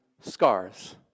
scars